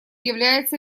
является